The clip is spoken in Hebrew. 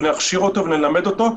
ולהכשיר אותו וללמד אותו,